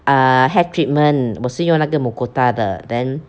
uh hair treatment 我是用那个 Mucota 的 then